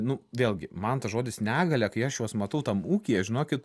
nu vėlgi man tas žodis negalia kai aš juos matau tam ūkyje žinokit